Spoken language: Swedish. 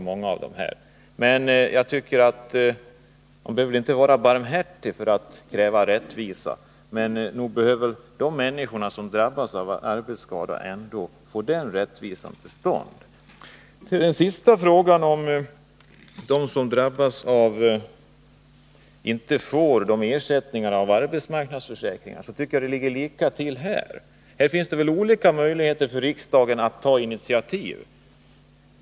Man behöver inte vara barmhärtig för att kräva rättvisa, men för de människor som drabbats av arbetsskador bör väl ändå denna rättvisa komma till stånd. Den andra frågan gäller dem som inte får ersättning genom arbetsmarknadsförsäkringar. Jag tycker att det ligger till på samma sätt i det fallet, att det finns möjligheter för riksdagen att ta initiativ.